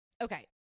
okay